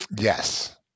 yes